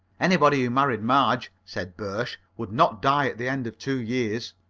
anybody who married marge, said birsch, would not die at the end of two years.